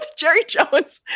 church efforts.